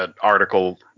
article